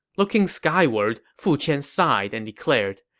looking skyward, fu qian sighed and declared,